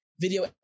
video